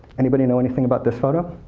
anybody know anything about this photo?